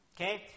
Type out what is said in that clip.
Okay